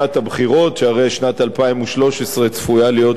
שהרי שנת 2013 צפויה להיות שנת בחירות,